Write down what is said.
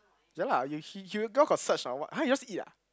ya lah you he you all got search or what [huh] you just eat ah